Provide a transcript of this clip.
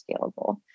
scalable